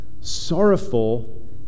sorrowful